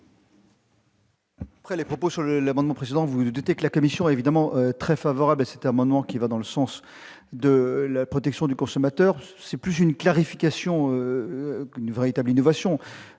Après les propos tenus sur l'amendement précédent, vous vous en doutez, la commission est évidemment très favorable à cet amendement, qui va dans le sens de la protection du consommateur. Il s'agit davantage d'une clarification que d'une véritable innovation.